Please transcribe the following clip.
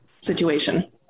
situation